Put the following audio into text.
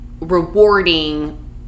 rewarding